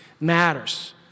matters